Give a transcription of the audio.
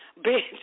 bitch